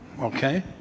Okay